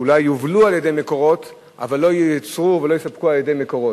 אולי יובלו על-ידי "מקורות" אבל לא ייוצרו ולא יסופקו על-ידי "מקורות",